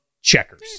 checkers